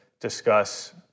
discuss